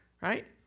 right